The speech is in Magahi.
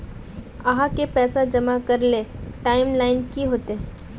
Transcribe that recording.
आहाँ के पैसा जमा करे ले टाइम लाइन की होते?